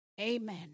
Amen